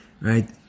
Right